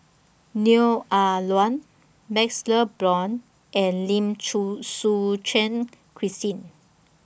Neo Ah Luan MaxLe Blond and Lim Chew Suchen Christine